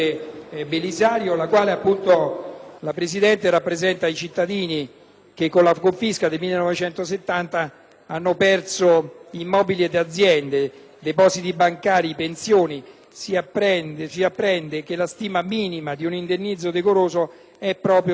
che con la confisca del 1970 hanno perso immobili, aziende, depositi bancari e pensioni. Da loro abbiamo appreso che la stima minima di un indennizzo decoroso è pari ad almeno 100 milioni di euro. Per innalzare, dunque, lo stanziamento